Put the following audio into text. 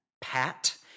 Pat